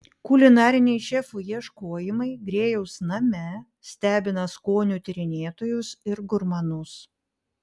kulinariniai šefų ieškojimai grėjaus name stebina skonių tyrinėtojus ir gurmanus